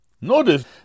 Notice